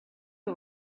you